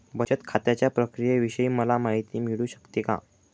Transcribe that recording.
बचत खात्याच्या प्रक्रियेविषयी मला माहिती मिळू शकते का?